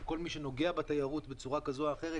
כל מי שנוגע בתיירות בצורה כזאת או אחרת,